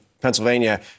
Pennsylvania